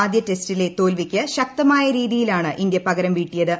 ആദ്യ ടെസ്റ്റിലെ തോൽവിക്ക് ശക്തമായ രീതിയിലാണ് ഇന്ത്യ പകരം വീട്ടിയത്